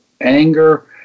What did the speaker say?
anger